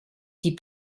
die